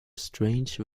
strange